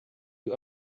you